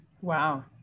Wow